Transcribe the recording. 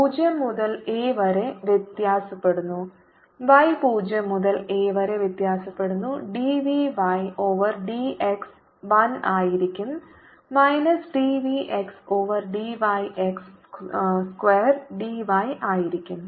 0 മുതൽ a വരെ വ്യത്യാസപ്പെടുന്നു y 0 മുതൽ a വരെ വ്യത്യാസപ്പെടുന്നു d v y over d x 1 ആയിരിക്കും minus d v x over d y x square d y ആയിരിക്കും